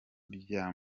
bya